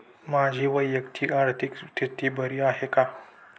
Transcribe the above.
माझी वैयक्तिक आर्थिक स्थिती बरी आहे का?